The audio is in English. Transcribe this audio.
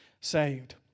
saved